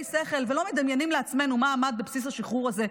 שכל ולא מדמיינים לעצמינו מה עמד בבסיס השחרור הזה.